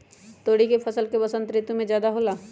तोरी के फसल का बसंत ऋतु में ज्यादा होला?